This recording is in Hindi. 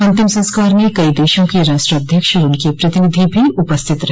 अन्तिम संस्कार मे कई देशों के राष्ट्राध्यक्ष और उनके प्रतिनिधि भी उपस्थित रहे